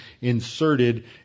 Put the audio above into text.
inserted